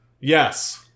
Yes